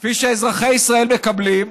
כפי שאזרחי ישראל מקבלים.